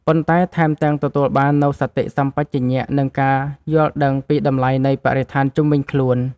ប៉ុន្តែថែមទាំងទទួលបាននូវសតិសម្បជញ្ញៈ និងការយល់ដឹងពីតម្លៃនៃបរិស្ថានជុំវិញខ្លួន។